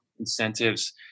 incentives